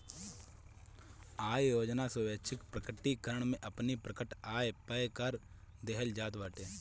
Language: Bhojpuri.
आय योजना स्वैच्छिक प्रकटीकरण में अपनी प्रकट आय पअ कर देहल जात बाटे